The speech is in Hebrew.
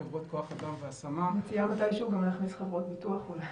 חברות כוח אדם והשמה -- אני מציעה מתישהו להכניס חברות ביטוח אולי.